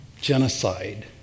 genocide